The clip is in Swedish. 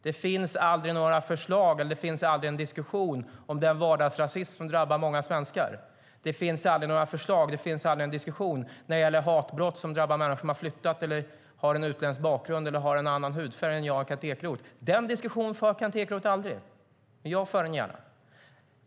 Det finns aldrig några förslag, och det finns aldrig någon diskussion om den vardagsrasism som drabbar många svenskar. Det finns aldrig några förslag, och det finns aldrig någon diskussion när det gäller hatbrott som drabbar människor som har flyttat hit, som har en utländsk bakgrund eller som har en annan hudfärg än jag och Kent Ekeroth. Den diskussionen för aldrig Kent Ekeroth. Men jag för den gärna.